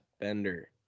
bender